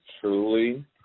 truly